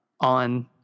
on